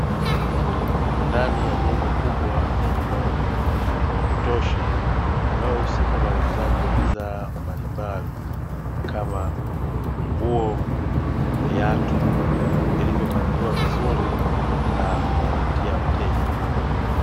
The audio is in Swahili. Ndani ya jengo kubwa lenye mwanga wa kutosha linalohusika na uuzaji wa bidhaa mbalimbali kama nguo, viatu vilivyopangiliwa vizuri na vinavutia wateja.